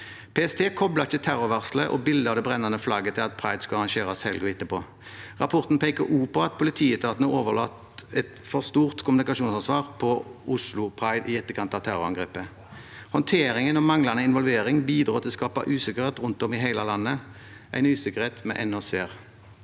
PST koblet ikke terrorvarselet og bildet av det brennende flagget til at pride skulle arrangeres helgen etterpå. Rapporten peker også på at politietaten hadde overlatt et for stort kommunikasjonsansvar til Oslo Pride i etterkant av terrorangrepet. Håndteringen og manglende involvering bidro til å skape usikkerhet rundt om i hele landet, en usikkerhet vi ennå ser.